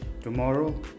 tomorrow